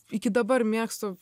iki dabar mėgstu